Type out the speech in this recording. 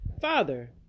Father